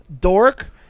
dork